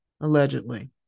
Allegedly